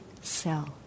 cell